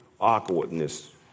awkwardness